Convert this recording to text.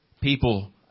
people